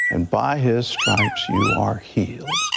and by his stripes you are healed.